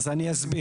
אז אני אסביר.